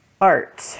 art